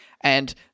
and-